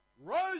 rose